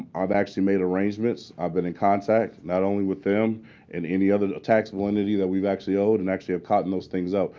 i've actually made arrangements. i've been in contact not only with them and any other taxable entity that we've actually owed and actually have gotten those things up.